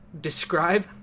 describe